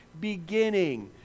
beginning